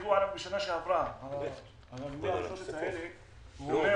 התקציב שלהם למגזר הדרוזי בשנת 2021 הוא אפס.